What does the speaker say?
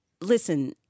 listen